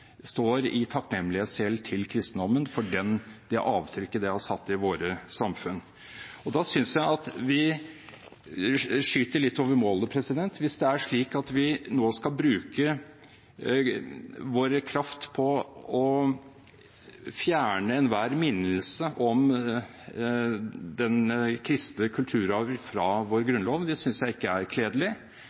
står i takknemlighetsgjeld til kristendommen for det avtrykket den har satt i våre samfunn. Da synes jeg at vi skyter litt over målet. Hvis det er slik at vi nå skal bruke vår kraft på å fjerne enhver minnelse om den kristne kulturarv fra vår grunnlov, synes jeg ikke det er